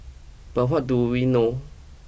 but what do we know